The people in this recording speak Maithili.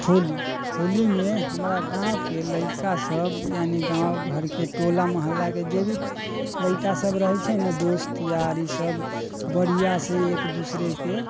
होली होलीमे हमरा गाँवके लड़िका सब यानी गाँव घरके टोला मोहल्लाके जे भी लड़िका सब रहै छै ने दोस्त यार ई सब बढ़िआँसँ एक दूसरेके